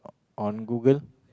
on Google